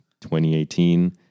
2018